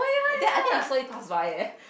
then I think I saw you pass by leh